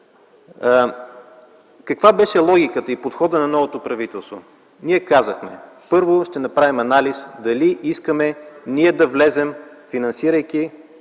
Каква беше логиката и подходът на новото правителство? Ние казахме: „Първо, ще направим анализ дали искаме ние да влезем, финансирайки